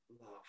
love